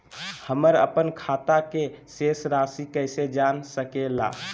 हमर अपन खाता के शेष रासि कैसे जान सके ला?